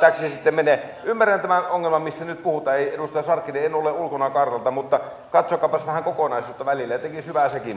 täksi se sitten menee ymmärrän tämän ongelman mistä nyt puhutaan ei edustaja sarkkinen en ole ulkona kartalta mutta katsokaapas vähän kokonaisuutta välillä tekisi hyvää sekin